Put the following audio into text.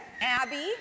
Abby